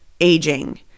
aging